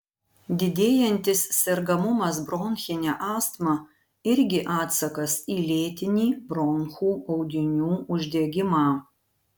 didėjantis sergamumas bronchine astma irgi atsakas į lėtinį bronchų audinių uždegimą